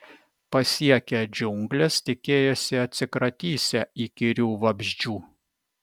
pasiekę džiungles tikėjosi atsikratysią įkyrių vabzdžių